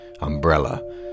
umbrella